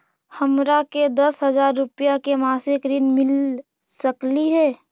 हमरा के दस हजार रुपया के मासिक ऋण मिल सकली हे?